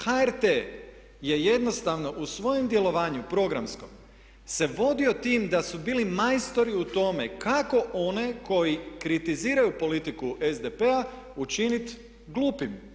HRT je jednostavno u svojem djelovanju programskom se vodio tim da su bili majstori u tome kako one koji kritiziraju politiku SDP-a učiniti glupim.